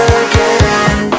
again